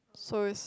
so is